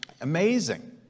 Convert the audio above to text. amazing